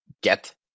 get